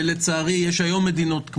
ולצערי יש היום מדינות,